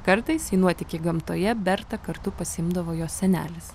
kartais į nuotykį gamtoje bertą kartu pasiimdavo jos senelis